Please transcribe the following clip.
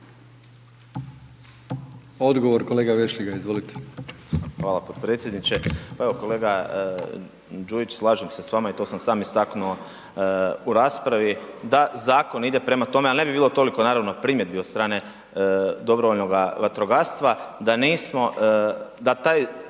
Odgovor, kolega Vešligaj, izvolite. **Vešligaj, Marko (SDP)** Hvala potpredsjedniče. Pa evo kolega Đujić, slažem se s vama i to sam istaknuo u raspravi da zakon ide prema tome ali ne bi bilo toliko naravno primjedbi od strane dobrovoljnoga vatrogastva da kroz zakon